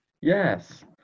Yes